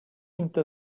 into